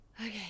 Okay